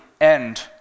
end